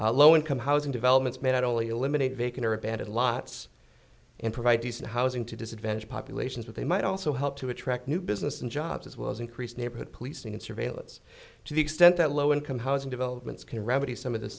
freedman low income housing developments may not only eliminate vacant or abandoned lots and provide decent housing to disadvantaged populations but they might also help to attract new business and jobs as well as increased neighborhood policing and surveillance to the extent that low income housing developments can remedy some of the